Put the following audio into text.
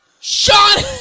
Sean